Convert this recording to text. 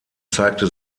zeigte